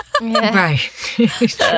right